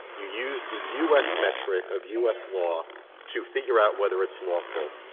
you use the u s. metric of u s. law to figure out whether it's lawful.